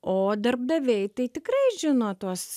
o darbdaviai tai tikrai žino tuos